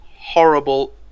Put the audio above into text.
horrible